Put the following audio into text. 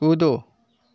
कूदो